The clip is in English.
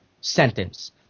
sentence